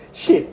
shit